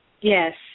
Yes